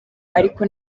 ariko